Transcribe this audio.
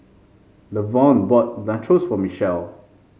Lavern bought Nachos for Michelle